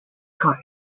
cut